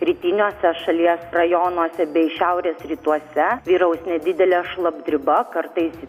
rytiniuose šalies rajonuose bei šiaurės rytuose vyraus nedidelė šlapdriba kartais